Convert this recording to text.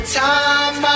time